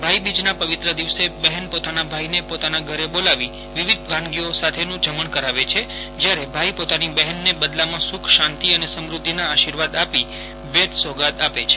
ભાઈબીજના પવિત્ર દિવસે બહેન પોતાના ભાઈને પોતાના ઘરે બોલાવી વિવિધ વાનગીઓ સાથેનું જમણ કરાવે છે જયારે ભાઈ પોતાની બહેનને બદલામાં સુખ શાંતિ અને સમૃધ્ધિના આશીર્વાદ આપી ભેટ સોગાદ આપે છે